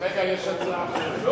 אז רגע, יש הצעה אחרת.